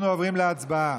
אנחנו עוברים להצבעה.